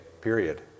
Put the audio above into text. period